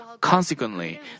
Consequently